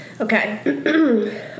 Okay